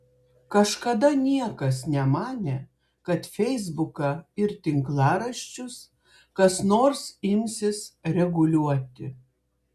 kažkada niekas nemanė kad feisbuką ir tinklaraščius kas nors imsis reguliuoti